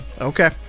okay